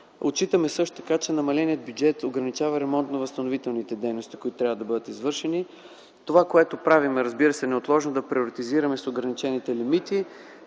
Отчитаме също така, че намаленият бюджет ограничава ремонтно-възстановителните дейности, които трябва да бъдат извършени. Това, което правим, разбира се, е неотложно да приоритизираме с ограничените лимити